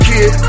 Kid